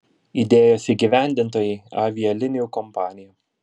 idėjos įgyvendintojai avialinijų kompanija